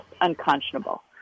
unconscionable